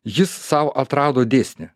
jis sau atrado dėsnį